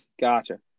Gotcha